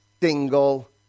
single